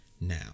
now